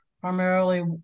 primarily